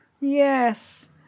Yes